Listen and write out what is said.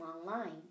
online